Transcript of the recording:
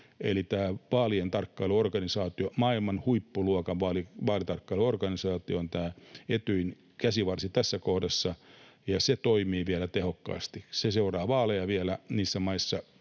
maailman huippuluokan vaalitarkkailuorganisaatio, on tämä Etyjin käsivarsi tässä kohdassa, ja se toimii vielä tehokkaasti. Se seuraa vaaleja vielä niissä jäsenmaissa,